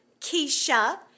Keisha